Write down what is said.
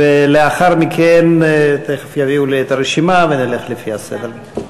ולאחר מכן, תכף יביאו לי את הרשימה ונלך לפי הסדר.